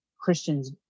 Christians